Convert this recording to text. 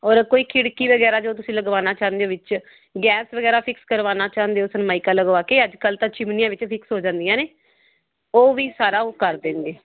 ਔਰ ਕੋਈ ਖਿੜਕੀ ਵਗੈਰਾ ਜੋ ਤੁਸੀਂ ਲਗਵਾਉਣ ਚਾਹੁੰਦੇ ਹੋ ਵਿੱਚ ਗੈਸ ਵਗੈਰਾ ਫਿਕਸ ਕਰਵਾਉਣਾ ਚਾਹੁੰਦੇ ਹੋ ਸਰਮਾਇਕਾ ਲਗਵਾ ਕੇ ਅੱਜ ਕੱਲ੍ਹ ਤਾਂ ਚਿਮਨੀਆਂ ਵਿੱਚ ਫਿਕਸ ਹੋ ਜਾਂਦੀਆਂ ਨੇ ਉਹ ਵੀ ਸਾਰਾ ਉਹ ਕਰ ਦੇਣਗੇ